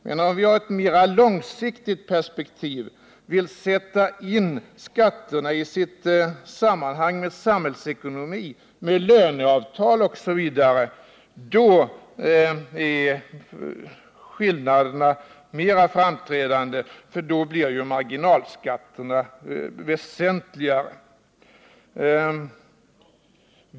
Men om vi har ett mera långsiktigt perspektiv och vill sätta in skatterna i sitt sammanhang med samhällsekonomin, med löneavtal osv., blir skillnaderna mera framträdande, eftersom ju marginalskatterna då blir väsentligare.